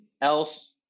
else